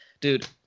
dude